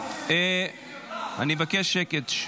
אני מבקש שקט.